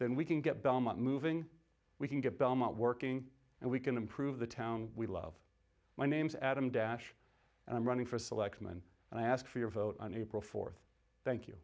we can get belmont moving we can get belmont working and we can improve the town we love my name's adam dash and i'm running for selectman and i ask for your vote on april fourth thank you